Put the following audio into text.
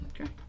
Okay